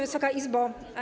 Wysoka Izbo!